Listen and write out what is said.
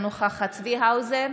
אינה נוכחת צבי האוזר,